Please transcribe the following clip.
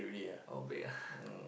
outbreak ah